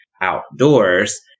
outdoors